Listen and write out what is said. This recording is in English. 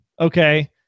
okay